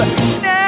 Now